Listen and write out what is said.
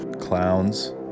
clowns